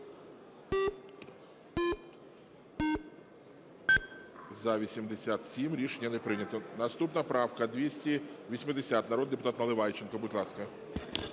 За-88 Рішення не прийнято. Наступна правка 283, народний депутат Власенко. Будь ласка.